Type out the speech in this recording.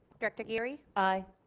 director geary aye.